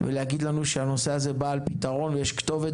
ולהגיד לנו שהנושא הזה בא על פתרונו ויש כתובת